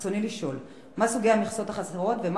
רצוני לשאול: מה הם סוגי המכסות החסרים ומה